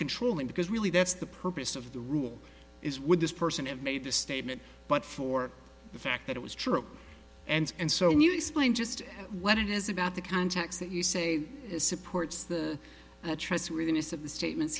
controlling because really that's the purpose of the rule is would this person have made the statement but for the fact that it was true and and so new explain just what it is about the context that you say supports the trustworthiness of the statements